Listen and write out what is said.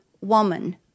woman